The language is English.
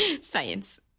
Science